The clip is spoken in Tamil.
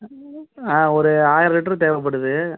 ஒரு ஆயிரம் லிட்டரு தேவைப்படுது